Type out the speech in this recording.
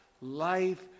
life